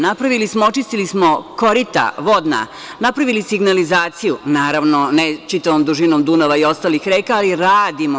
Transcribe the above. Napravili smo, očistili smo korita vodna, napravili signalizaciju, naravno ne čitavom dužinom Dunava i ostalih reka, ali radimo.